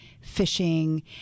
fishing